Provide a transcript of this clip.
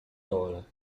dole